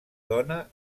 dona